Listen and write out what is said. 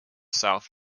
south